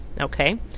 okay